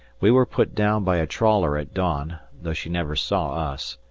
we were put down by a trawler at dawn, though she never saw us.